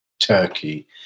Turkey